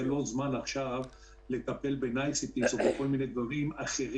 זה לא הזמן לטפל בדברים כאלה.